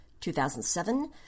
2007